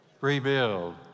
rebuild